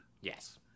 yes